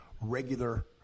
regular